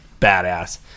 badass